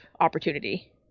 opportunity